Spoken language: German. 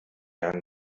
jahren